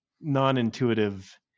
non-intuitive